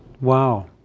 Wow